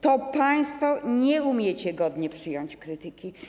To państwo nie umiecie godnie przyjąć krytyki.